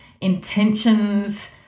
intentions